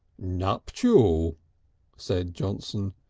nuptial! said johnson.